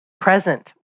present